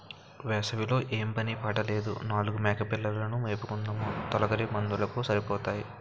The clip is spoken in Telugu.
వేసవి లో ఏం పని పాట లేదు నాలుగు మేకపిల్లలు ను మేపుకుందుము తొలకరి మదుపులకు సరిపోతాయి